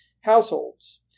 households